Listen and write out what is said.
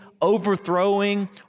overthrowing